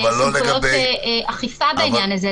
אבל לא רק זה ---- סמכויות אכיפה בעניין הזה.